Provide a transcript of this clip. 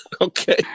Okay